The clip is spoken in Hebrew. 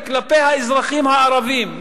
היא כלפי האזרחים הערבים,